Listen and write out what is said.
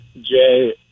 Jay